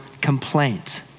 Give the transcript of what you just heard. complaint